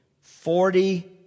Forty